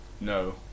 no